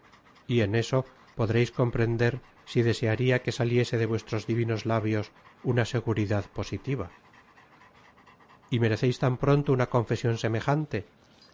y en eso podreis comprender si desearia que saliese de vuestros divinos labios una seguridad positiva y mereceis tan pronto una confesion semejante